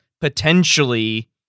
potentially